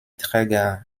träger